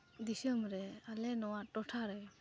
ᱫᱤᱥᱚᱢ ᱨᱮ ᱟᱞᱮ ᱱᱚᱣᱟ ᱴᱚᱴᱷᱟᱨᱮ